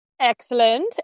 excellent